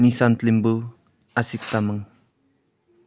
Nishant Limbu Ashiq Tamang